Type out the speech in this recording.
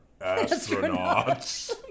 astronauts